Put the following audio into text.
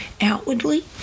outwardly